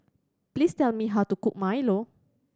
please tell me how to cook milo